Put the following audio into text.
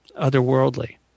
otherworldly